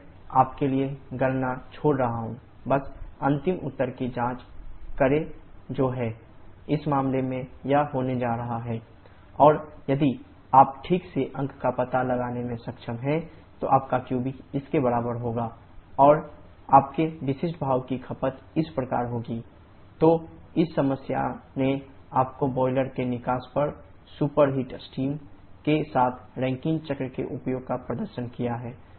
मैं आपके लिए गणना छोड़ रहा हूं बस अंतिम उत्तर की जांच करें जो है thWnetqB इस मामले में यह होने जा रहा है 3034 और यदि आप ठीक से अंक का पता लगाने में सक्षम हैं तो आपका qB इसके बराबर होगा qBh1 h4334903 kJkg और आपके विशिष्ट भाप की खपत इस प्रकार होगी SSC3547 kgkWh तो इस समस्या ने आपको बॉयलर के निकास पर सुपरहीट स्टीम के साथ रैंकिन चक्र के उपयोग का प्रदर्शन किया है